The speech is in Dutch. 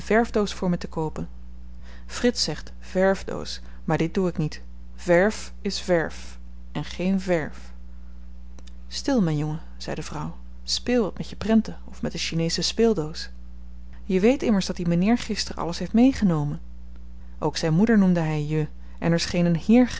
verfdoos voor me te koopen frits zegt verwdoos maar dit doe ik niet verf is verf en geen verw stil myn jongen zei de vrouw speel wat met je prenten of met de chinesche speeldoos je weet immers dat die m'nheer gister alles heeft meegenomen ook zyn moeder noemde hy je en er scheen een